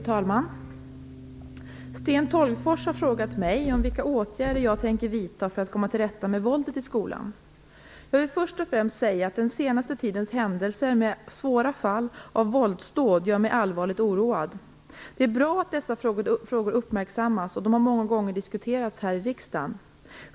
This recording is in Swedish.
Fru talman! Sten Tolgfors har frågat mig vilka åtgärder jag tänker vidta för att komma till rätta med våldet i skolan. Jag vill först och främst säga att den senaste tidens händelser med svåra fall av våldsdåd gör mig allvarligt oroad. Det är bra att dessa frågor uppmärksammas, och de har många gånger diskuterats här i riksdagen.